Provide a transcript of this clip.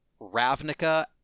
Ravnica